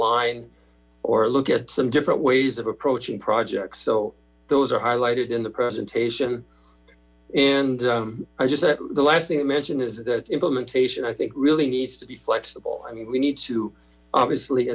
online or look at some different ways of approaching projects so those are highlighted in the presentation and i just said the last thing i mentioned is that implementation i think really needs to be flexible i mean we need to obviously